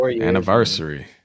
Anniversary